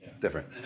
different